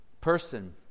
person